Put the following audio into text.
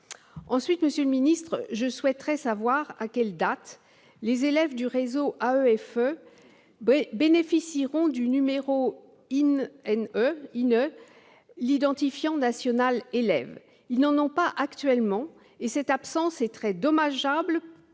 ailleurs, monsieur le ministre, je souhaiterais savoir à quelle date les élèves du réseau AEFE bénéficieront du numéro d'identifiant national élève, ou INE. Ils n'en ont pas actuellement, et cette absence est très dommageable,